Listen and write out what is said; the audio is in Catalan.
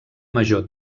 major